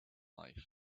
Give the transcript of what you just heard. life